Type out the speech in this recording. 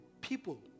people